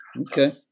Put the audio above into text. Okay